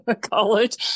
College